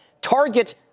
Target